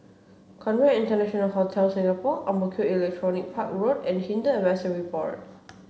Conrad International Hotel Singapore Ang Mo Kio Electronics Park Road and Hindu Advisory Board